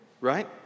right